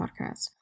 podcast